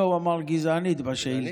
לא, הוא אמר גזענית בשאילתה.